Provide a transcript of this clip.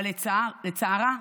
אבל לצערה,